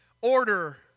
Order